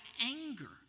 anger